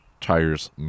tires